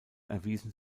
erwiesen